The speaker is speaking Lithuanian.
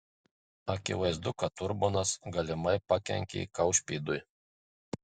akivaizdu kad urbonas galimai pakenkė kaušpėdui